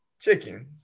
chicken